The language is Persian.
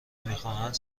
میخواهند